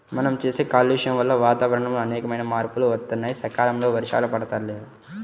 మనం చేసే కాలుష్యం వల్ల వాతావరణంలో అనేకమైన మార్పులు వత్తన్నాయి, సకాలంలో వర్షాలు పడతల్లేదు